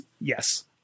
yes